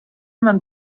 man